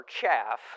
chaff